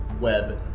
web